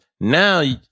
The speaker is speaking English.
Now